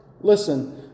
listen